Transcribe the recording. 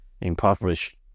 impoverished